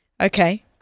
Okay